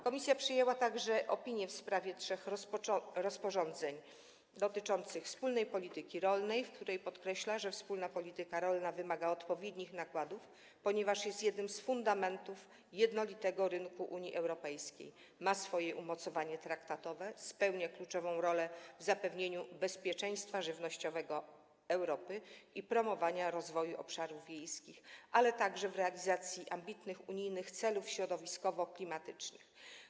Komisja przyjęła także opinię w sprawie trzech rozporządzeń dotyczących wspólnej polityki rolnej, w której podkreśla, że wspólna polityka rolna wymaga odpowiednich nakładów, ponieważ jest jednym z fundamentów jednolitego rynku Unii Europejskiej, ma swoje umocowanie traktatowe, spełnia kluczową rolę w zapewnieniu bezpieczeństwa żywnościowego Europy i promowania rozwoju obszarów wiejskich, a także w realizacji ambitnych unijnych celów środowiskowo-klimatycznych.